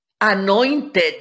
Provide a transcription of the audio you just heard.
anointed